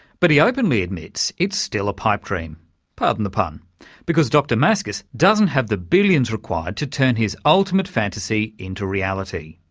but he openly admits it's still a pipe-dream um but because dr maskus doesn't have the billions required to turn his ultimate fantasy into reality.